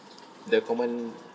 the common